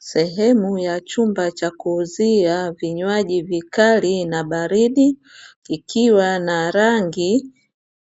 Sehemu ya chumba cha kuuuzia vinywaji vikali na baridi ikiwa na rangi